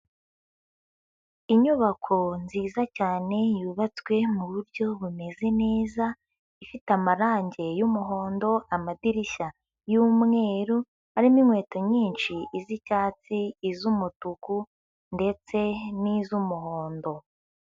Inyubako nziza cyane, yubatswe mu buryo bumeze neza, ifite amarange y'umuhondo, amadirishya y'umweru, harimo inkweto nyinshi iz'icyatsi, iz'umutuku ndetse n'iz'umuhondo.